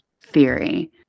theory